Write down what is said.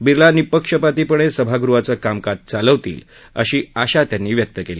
बिर्ला निपक्षःपातीपणे सभागृहाचं कामकाज चालवतील अशी आशा त्यांनी व्यक्त केली